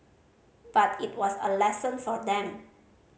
but it was a lesson for them